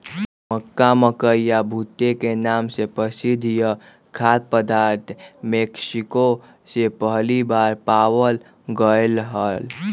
मक्का, मकई या भुट्टे के नाम से प्रसिद्ध यह खाद्य पदार्थ मेक्सिको में पहली बार पावाल गयले हल